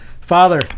Father